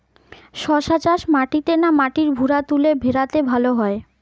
শশা চাষ মাটিতে না মাটির ভুরাতুলে ভেরাতে ভালো হয়?